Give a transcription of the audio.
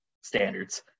standards